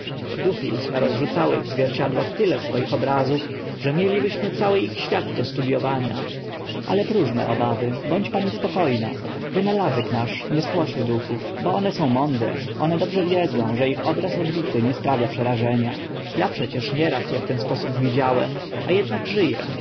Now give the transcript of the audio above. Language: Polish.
duchy uż narozrzucały w zwierciadłach tyle swoich obrazów że mielibyśmy cały ich świat do studiowania ale próżne obawy bądź pani spoko na wynalazek nasz nie spłoszy duchów bo one są mądre one dobrze wiedzą że ich lustro duch obraz odbity nie sprawia przerażenia ja przecież nieraz e w ten sposób widziałem a ednak ży